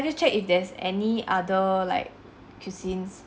just check if there's any other like cuisines